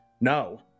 no